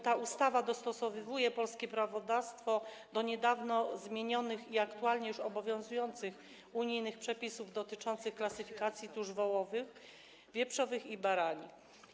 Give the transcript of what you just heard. Ta ustawa dostosowuje polskie prawodawstwo do niedawno zmienionych i aktualnie już obowiązujących unijnych przepisów dotyczących klasyfikacji tusz wołowych, wieprzowych i baranich.